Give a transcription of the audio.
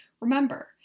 Remember